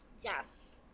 Yes